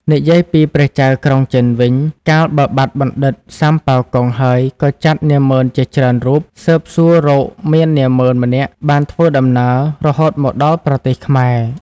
និយាយពីព្រះចៅក្រុងចិនវិញ កាលបើបាត់បណ្ឌិតសាមប៉ាវកុងហើយក៏ចាត់នាហ្មឺនជាច្រើនរូបស៊ើបសួររកមាននាហ្មឺនម្នាក់បានធ្វើដំណើររហូតមកដល់ប្រទេសខ្មែរ